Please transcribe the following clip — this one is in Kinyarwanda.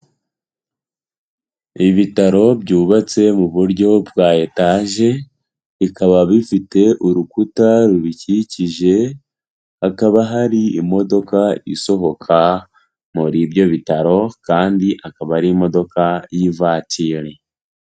Ibitaro byubatse mu buryo bwa etage bikaba bifite urukuta rubikikije, hakaba hari imodoka isohoka muri ibyo bitaro kandi akaba ari imodoka y'ivatiri.